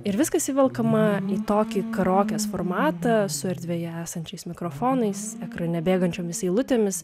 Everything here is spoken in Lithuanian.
ir viskas įvelkama į tokį karaokės formatą su erdvėje esančiais mikrofonais ekrane bėgančiomis eilutėmis